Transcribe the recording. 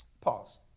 pause